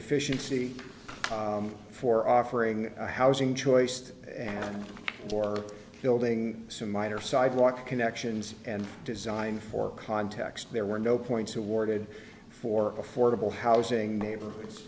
efficiency for offering housing choice and or building some minor sidewalk connections and design for context there were no points awarded for affordable housing neighborhoods